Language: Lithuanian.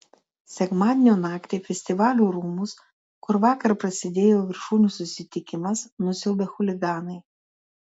sekmadienio naktį festivalių rūmus kur vakar prasidėjo viršūnių susitikimas nusiaubė chuliganai